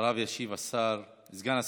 אחריו ישיב סגן השר.